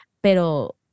pero